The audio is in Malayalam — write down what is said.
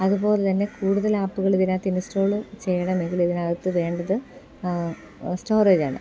അതുപോലെ തന്നെ കൂടുതൽ ആപ്പുകൾ ഇതിനകത്ത് ഇൻസ്റ്റോള് ചെയ്യണമെങ്കിൽ ഇതിനകത്ത് വേണ്ടത് സ്റ്റോറേജാണ്